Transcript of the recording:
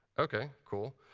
ok, cool.